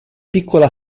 piccola